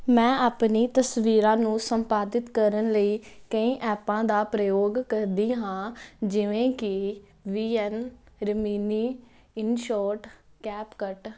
ਮੈਂ ਆਪਣੀ ਤਸਵੀਰਾਂ ਨੂੰ ਸੰਪਾਦਿਤ ਕਰਨ ਲਈ ਕਈ ਐਪਾਂ ਦਾ ਪ੍ਰਯੋਗ ਕਰਦੀ ਹਾਂ ਜਿਵੇਂ ਕਿ V N Remini InShot CapCut